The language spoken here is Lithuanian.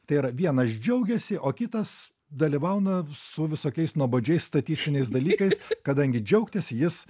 tai yra vienas džiaugiasi o kitas dalyvauna su visokiais nuobodžiais statistiniais dalykais kadangi džiaugtis jis